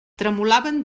tremolaven